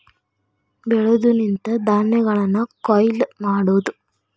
ಬೆಳೆದು ನಿಂತ ಧಾನ್ಯಗಳನ್ನ ಕೊಯ್ಲ ಮಾಡುದು